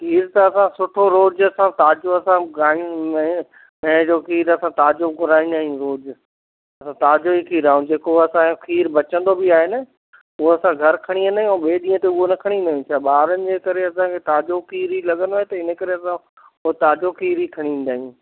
इअं त असां सुठो रोज़ु असां ताज़ो असां उगाईंदा आहियूं ऐं जोकी असां ताज़ो घुराईंदा आहियूं रोज़ु असां ताज़ो ई खीर ऐं जेको असांजो खीर बचंदो बि आहे न उहो असां घरि खणी वेंदा आहियूं ऐं ॿिए ॾींहं ते उहा न खणी ईंदो आहियां ॿारनि जे करे असांखे ताज़ो खीर ई लॻंदो आहे त इनकरे तव्हां पोइ ताज़ो खीर ई खणी ईंदा आहियूं